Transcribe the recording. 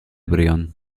brión